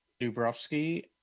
dubrovsky